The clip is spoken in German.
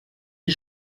die